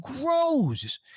grows